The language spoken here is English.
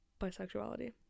bisexuality